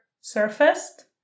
surfaced